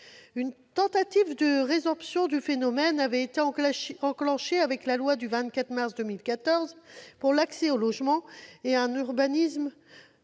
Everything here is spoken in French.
Une tentative de résorption du phénomène avait été enclenchée avec la loi du 24 mars 2014 pour l'accès au logement et un urbanisme